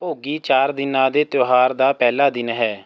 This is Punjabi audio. ਭੋਗੀ ਚਾਰ ਦਿਨਾਂ ਦੇ ਤਿਉਹਾਰ ਦਾ ਪਹਿਲਾ ਦਿਨ ਹੈ